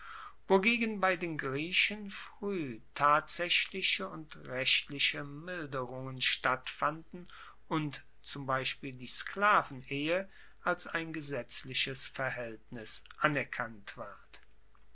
wogegen bei den griechen frueh tatsaechliche und rechtliche milderungen stattfanden und zum beispiel die sklavenehe als ein gesetzliches verhaeltnis anerkannt ward